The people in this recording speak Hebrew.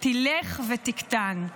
תלך ותקטן.